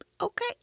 Okay